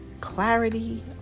clarity